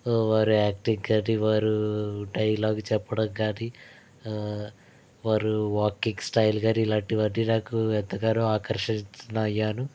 వారి యాక్టింగ్ కానీ వారు డైలాగ్ చెప్పడం కానీ వారు వాకింగ్ స్టైల్ కానీ ఇలాంటివి అన్నీ నాకు ఎంతగానో ఆకర్షితున్ని అయ్యాను